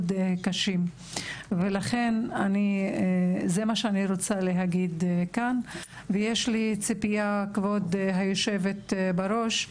קשים ולכן זה מה שאני רוצה להגיד כאן ויש לי ציפייה כבוד היושבת בראש,